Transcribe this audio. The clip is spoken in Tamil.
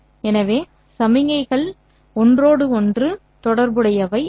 இவை சமிக்ஞைகள் எனவே அவை ஒன்றோடொன்று தொடர்புடையவை அல்ல